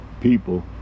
people